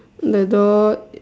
the dot